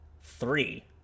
three